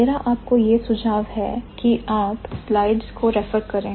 मेरा आपको यह सुझाव है क्या लाइट्स को रेफर करें